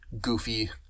goofy